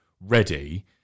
ready